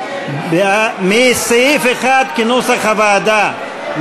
סעיף 1, כהצעת הוועדה,